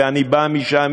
ואני בא משם,